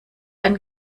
ein